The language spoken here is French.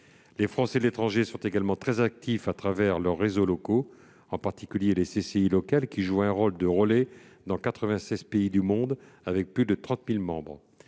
Les Français de l'étranger sont également très actifs à travers leurs réseaux locaux, en particulier les chambres de commerce et d'industrie locales, qui jouent un rôle de relais dans 96 pays du monde avec plus de 30 000 membres.